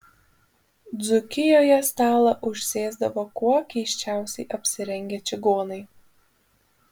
dzūkijoje stalą užsėsdavo kuo keisčiausiai apsirengę čigonai